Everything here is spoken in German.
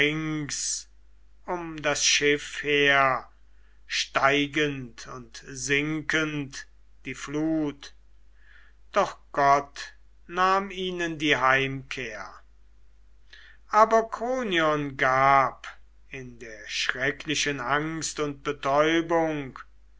um das schiff her steigend und sinkend die flut doch gott nahm ihnen die heimkehr aber kronion gab in der schrecklichen angst und betäubung